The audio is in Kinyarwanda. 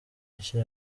nshya